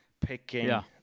picking